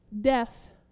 death